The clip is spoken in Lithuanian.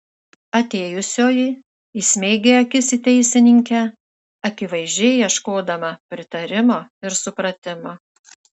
atėjusioji įsmeigė akis į teisininkę akivaizdžiai ieškodama pritarimo ir supratimo